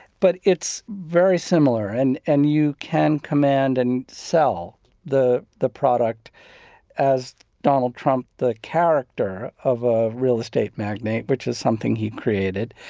but it's very similar and and you can command and sell the the product as donald trump the character of a real estate magnate, which is something he created.